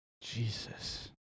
Jesus